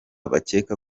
bakeka